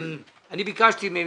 אני ביקשתי מהם,